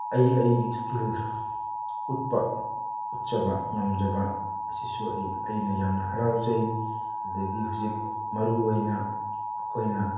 ꯑꯩ ꯑꯩꯒꯤ ꯁ꯭ꯀꯤꯜ ꯎꯠꯄ ꯎꯠꯆꯕ ꯉꯝꯖꯕ ꯑꯁꯤꯁꯨ ꯑꯩ ꯑꯩꯅ ꯌꯥꯝꯅ ꯍꯔꯥꯎꯖꯩ ꯑꯗꯨꯗꯒꯤ ꯍꯧꯖꯤꯛ ꯃꯔꯨ ꯑꯣꯏꯅ ꯑꯩꯈꯣꯏꯅ